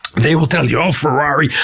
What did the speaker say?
they will tell you, oh ferrari.